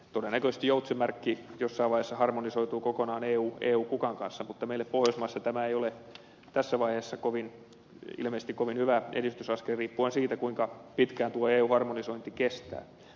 todennäköisesti joutsenmerkki jossain vaiheessa harmonisoituu kokonaan eu kukan kanssa mutta meille pohjoismaissa tämä ei ole tässä vaiheessa ilmeisesti kovin hyvä edistysaskel mutta se riippuu siitä kuinka pitkään tuo eu harmonisointi kestää